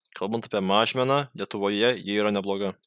kalbant apie mažmeną lietuvoje ji yra nebloga